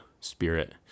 spirit